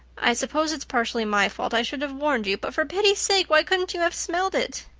i suppose it's partly my fault i should have warned you but for pity's sake why couldn't you have smelled it?